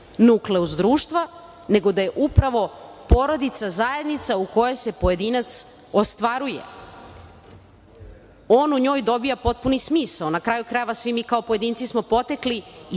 nukleus društva, nego da je upravo porodica zajednica u kojoj se pojedinac ostvaruje. On u njoj dobija potpuni smisao. Na kraju krajeva, svi mi kao pojedinci smo potekli